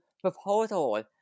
proposal